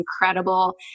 incredible